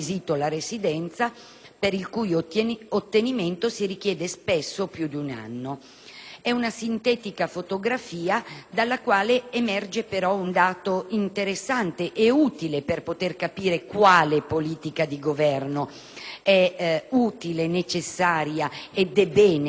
per il cui ottenimento si richiede, spesso, più di un anno. È una sintetica fotografia dalla quale emerge, però, un dato interessante per capire quale politica di governo è utile e necessario mettere in campo.